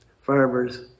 farmers